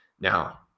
Now